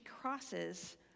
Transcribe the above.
crosses